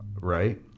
right